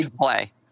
play